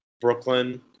Brooklyn